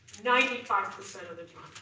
ninety five percent of the time.